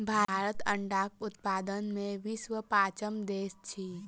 भारत अंडाक उत्पादन मे विश्वक पाँचम देश अछि